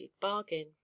bargain